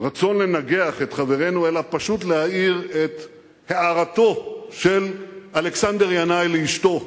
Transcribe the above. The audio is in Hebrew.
רצון לנגח את חברינו אלא פשוט להעיר את הערתו של אלכסנדר ינאי לאשתו,